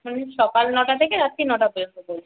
সকাল নটা থেকে রাত্তির নটা পর্যন্ত বলছেন